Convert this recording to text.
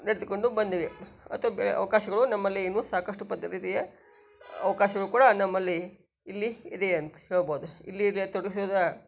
ನೆಡೆದುಕೊಂಡು ಬಂದಿವೆ ಅಥವಾ ಬೇರೆ ಅವಕಾಶಗಳು ನಮ್ಮಲ್ಲಿ ಇನ್ನೂ ಸಾಕಷ್ಟು ಅವಕಾಶಗಳು ಕೂಡ ನಮ್ಮಲ್ಲಿ ಇಲ್ಲಿ ಇದೆ ಎಂದು ಹೇಳಬಹುದ್